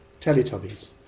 Teletubbies